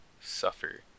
Suffer